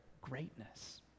greatness